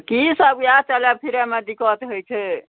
की सब इएह चलय फिरयमे दिक्कत होइ छै